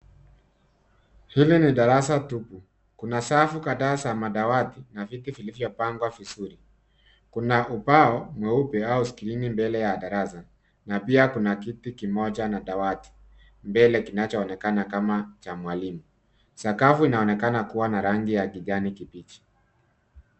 Hili ni darasa tupu. Kuna safu kadhaa za madawati na viti vilivyopangwa vizuri. Kuna ubao mweupe au skrini mbele ya darasa na pia kuna kiti kimoja na dawati mbele kinachonekana kama cha mwalimu. Sakafu inaonekana kuwa na rangi ya kijani kibichi.